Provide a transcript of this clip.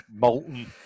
Molten